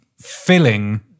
filling